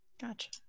Gotcha